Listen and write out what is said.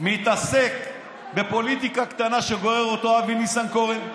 מתעסק בפוליטיקה קטנה, גורר אותו ניסנקורן.